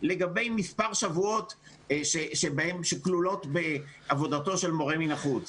לגבי מספר שבועות שכלולים בעבודתו של מורה מן החוץ.